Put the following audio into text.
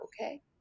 Okay